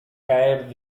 caer